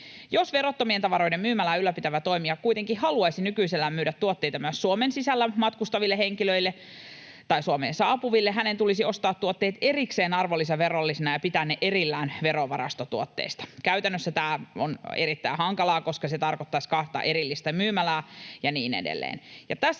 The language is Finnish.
Jos verottomien tavaroiden myymälää ylläpitävä toimija kuitenkin haluaisi nykyisellään myydä tuotteita myös Suomen sisällä matkustaville henkilöille tai Suomeen saapuville, hänen tulisi ostaa tuotteet erikseen arvonlisäverollisina ja pitää ne erillään verovarastotuotteista. Käytännössä tämä on erittäin hankalaa, koska se tarkoittaisi kahta erillistä myymälää ja niin edelleen.